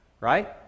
right